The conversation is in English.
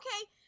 okay